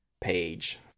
page